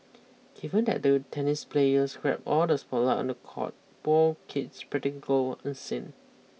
given that the tennis players grab all the spotlight on the court ball kids practically go unseen